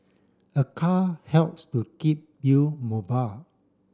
a car helps to keep you mobile